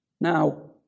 Now